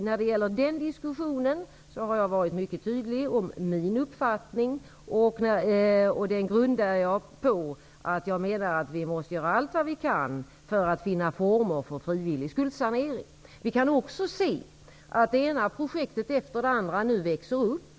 När det gäller den diskussionen har jag varit mycket tydlig om min uppfattning, vilken innebär att vi måste göra allt vi kan för att finna former för frivillig skuldsanering. Det ena projektet efter det andra växer nu också upp.